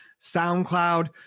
soundcloud